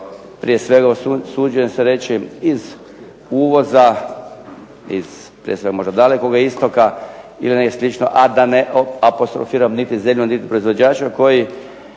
prije svega usuđujem se reći iz uvoza iz možda Dalekoga istoka ili negdje slično, a da ne apostrofiram niti zemlju niti proizvođača koji